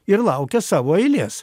ir laukia savo eilės